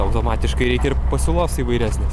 automatiškai reikia ir pasiūlos įvairesnės